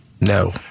No